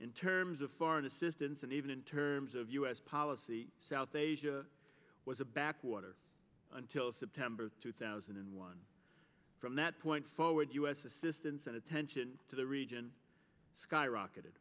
in terms of foreign assistance and even in terms of u s policy south asia was a backwater until september two thousand and one from that point forward u s assistance and attention to the region skyrocketed